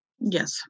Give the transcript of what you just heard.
Yes